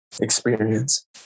experience